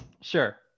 Sure